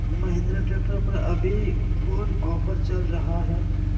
Mahindra tractor पर अभी कोन ऑफर चल रहा है?